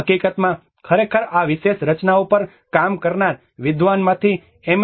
હકીકતમાં ખરેખર આ વિશેષ રચનાઓ પર કામ કરનાર વિદ્વાનમાંથી એમ